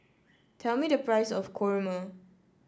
tell me the price of kurma